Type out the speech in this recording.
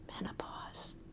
menopause